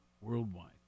worldwide